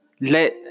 let